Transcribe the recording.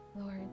lord